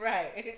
Right